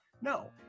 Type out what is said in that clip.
No